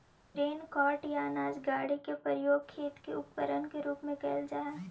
grain cart या अनाज के गाड़ी के प्रयोग खेत के उपकरण के रूप में कईल जा हई